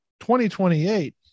2028